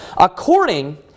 According